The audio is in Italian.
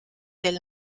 del